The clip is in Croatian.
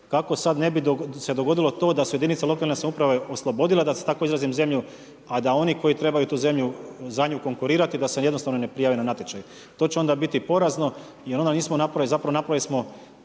kako sad ne bi se dogodilo to da su jedinice lokalne samouprave oslobodile, da se tako izrazim zemlju, a da oni koji trebaju tu zemlju za nju konkurirati, da se jednostavno ne prijave na natječaj. To će onda biti porazno jer onda nismo napravili, zapravo napravili smo